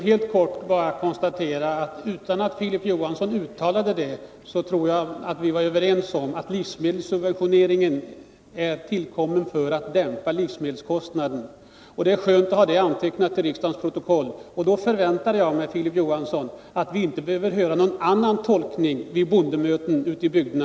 Herr talman! Trots att Filip Johansson inte uttalade det tror jag att jag kan konstatera att vi är överens om att livsmedelssubventioneringen har kommit till för att dämpa livsmedelskostnaden. Det är skönt att ha det antecknat till riksdagens protokoll. Då förväntar jag mig, Filip Johansson, att slippa höra någon annan tolkning vid bondemöten ute i bygderna.